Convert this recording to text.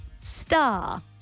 star